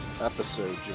episode